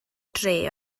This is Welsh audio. dre